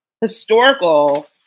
historical